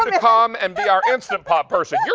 um and be our instant pot person.